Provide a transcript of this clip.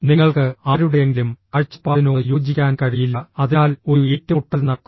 നിങ്ങൾക്ക് ആരുടെയെങ്കിലും കാഴ്ചപ്പാടിനോട് യോജിക്കാൻ കഴിയില്ല അതിനാൽ ഒരു ഏറ്റുമുട്ടൽ നടക്കുന്നു